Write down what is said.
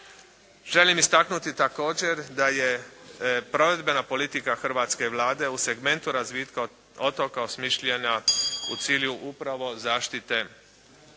Želim istaknuti također da je provedbena politika hrvatske Vlade u segmentu razvitka otoka osmišljenu u cilju upravo zaštite postojećih